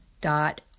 dot